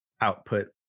output